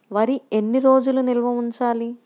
వరి ఎన్ని రోజులు నిల్వ ఉంచాలి?